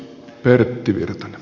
pertti virtanen